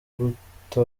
guta